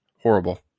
Horrible